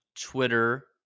Twitter